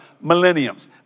millenniums